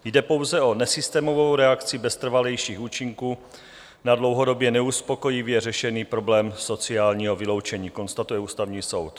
Jde pouze o nesystémovou reakci bez trvalejších účinků na dlouhodobě neuspokojivě řešený problém sociálního vyloučení, konstatuje Ústavní soud.